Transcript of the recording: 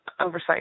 oversight